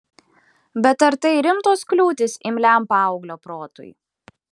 bet ar tai rimtos kliūtys imliam paauglio protui